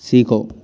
सीखो